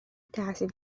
تحصیل